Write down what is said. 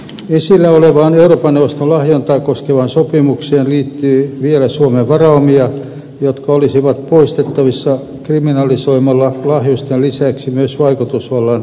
esillä olevaan euroopan neuvoston lahjontaa koskevaan sopimukseen liittyy vielä suomen varaumia jotka olisivat poistettavissa kriminalisoimalla lahjusten lisäksi myös vaikutusvallan väärinkäyttö